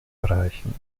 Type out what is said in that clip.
erreichen